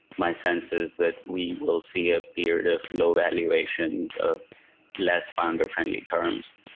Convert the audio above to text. my sense is that we will see a period of low valuations of less founder friendly terms.